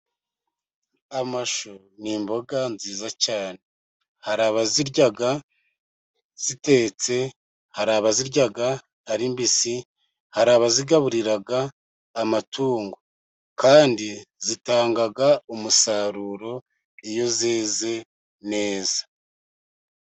Amashu ni imboga nziza cyane, hari abazirya zitetse hari abazirya ari mbisi, hari abazigaburira amatungo kandi zitanga umusaruro iyo zeze neza.